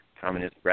communist